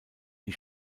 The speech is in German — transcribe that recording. die